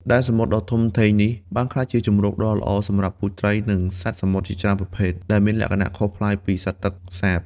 ដែនសមុទ្រដ៏ធំធេងនេះបានក្លាយជាជម្រកដ៏ល្អសម្រាប់ពូជត្រី និងសត្វសមុទ្រជាច្រើនប្រភេទ ដែលមានលក្ខណៈខុសប្លែកពីសត្វទឹកសាប។